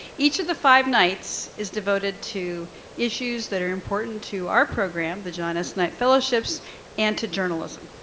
each of the five nights is devoted to issues that are important to our program, the john s. knight fellowships and to journalism.